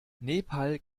nepal